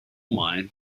mine